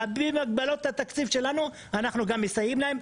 על אף המגבלות אנחנו מסייעים להם.